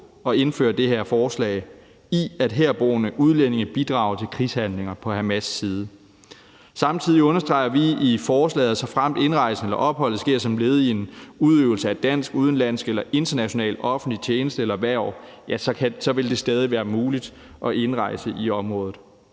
at indføre det her forslag – at herboende udlændinge bidrager til krigshandlinger på Hamas' side. Samtidig understreger vi i forslaget, at såfremt indrejse eller ophold sker som led i en udøvelse af dansk, udenlandsk eller international offentlig tjeneste eller hverv, vil det stadig være muligt at indrejse i området.